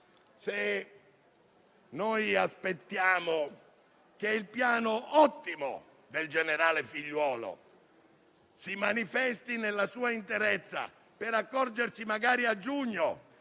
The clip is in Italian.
se aspettiamo che il piano, ottimo, del generale Figliuolo si manifesti nella sua interezza per accorgerci magari a giugno